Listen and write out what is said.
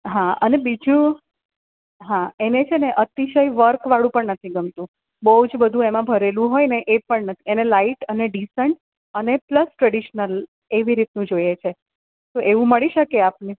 હા અને બીજું હા એને છેને અતિશય વર્કવાળું પણ નથી ગમતું બહુ જ બધું એમાં ભરેલું હોય ને એ પણ નથી એને લાઇટ અને ડીસન્ટ અને પ્લસ ટ્રેડિશનલ એવી રીતનું જોઈએ છે તો એવું મળી શકે આપને